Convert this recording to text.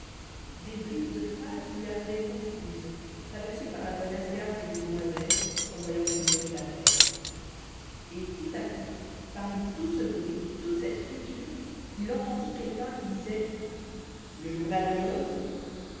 des bribes de phrases lui arrivaient confuses traversées par la voix nasillarde des demoiselles s'envoyant des numéros d'appel et tout à coup parmi tout ce bruit toute cette friture il entendit quelqu'un qui disait le journal le monde